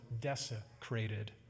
desecrated